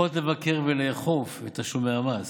יכולת לבקר ולאכוף את תשלומי המס,